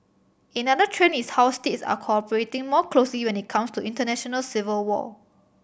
another trend is how states are cooperating more closely when it comes to international civil law